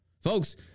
Folks